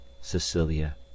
Cecilia